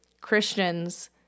Christians